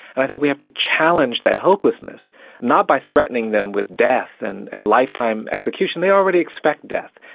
and i think we have to challenge that hopelessness, not by threatening them with death and and lifetime execution they already expect death.